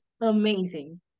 amazing